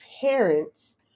parents